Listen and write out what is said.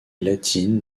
latine